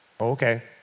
Okay